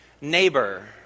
neighbor